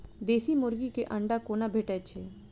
देसी मुर्गी केँ अंडा कोना भेटय छै?